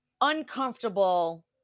uncomfortable